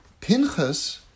Pinchas